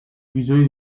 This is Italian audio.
bisogni